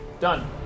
Done